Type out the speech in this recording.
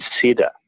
consider